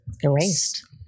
Erased